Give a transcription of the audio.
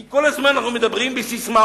כי כל הזמן אנחנו מדברים בססמאות,